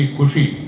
will